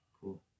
Cool